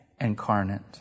incarnate